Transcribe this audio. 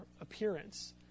appearance